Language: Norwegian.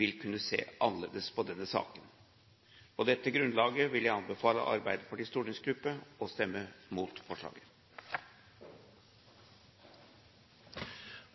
vil kunne se annerledes på denne saken. På dette grunnlaget vil jeg anbefale Arbeiderpartiets stortingsgruppe å stemme mot forslaget.